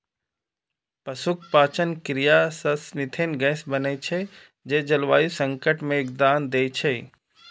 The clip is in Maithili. पशुक पाचन क्रिया सं मिथेन गैस बनै छै, जे जलवायु संकट मे योगदान दै छै